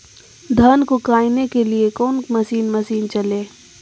धन को कायने के लिए कौन मसीन मशीन चले?